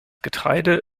getreide